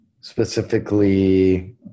specifically